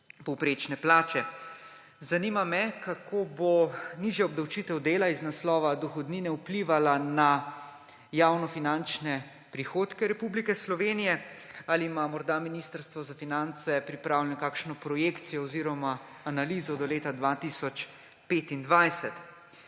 povprečne plače. Zanima me: Kako bo nižja obdavčitev dela z naslova dohodnine vplivala na javnofinančne prihodke Republike Slovenije? Ali ima morda Ministrstvo za finance pripravljeno kakšno projekcijo oziroma analizo do leta 2025?